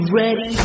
ready